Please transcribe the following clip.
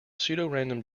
pseudorandom